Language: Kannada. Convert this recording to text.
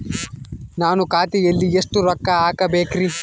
ನಾನು ಖಾತೆಯಲ್ಲಿ ಎಷ್ಟು ರೊಕ್ಕ ಹಾಕಬೇಕ್ರಿ?